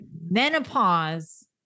Menopause